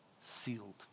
sealed